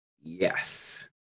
Yes